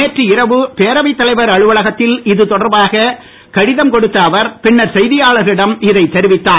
நேற்று இரவு பேரவைத் தலைவர் அலுவலகத்தில் இதுதொடர்பாக கடிதம் கொடுத்த அவர் பின்னர் செய்தியாளரிடம் இதைத் தெரிவித்தார்